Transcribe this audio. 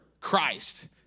Christ